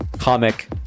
comic